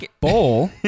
bowl